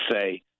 say